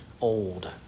old